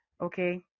okay